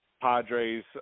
Padres